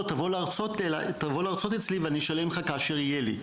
"תבוא להרצות אצלי ואני אשלם לך כאשר יהיה לי".